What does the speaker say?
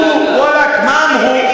וואלכ, מה אמרו?